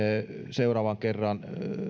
seuraavan kerran